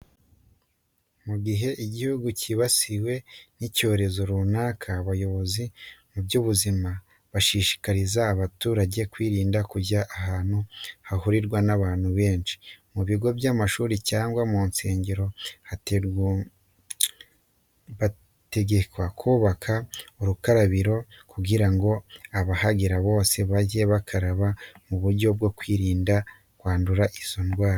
Mu gihe igihugu cyibasiwe n'icyorezo runaka, abayobozi mu by'ubuzima bashishikariza abantu kwirinda kujya ahantu hahurirwa n'abantu benshi. Mu bigo by'amashuri cyangwa mu nsengero bategekwa kubaka urukarabiro kugira ngo abahagenda bose bajye bakaraba mu buryo bwo kwirinda kwandura icyorezo.